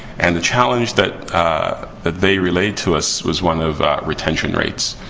and the challenge that that they relayed to us was one of retention rates.